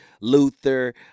Luther